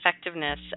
effectiveness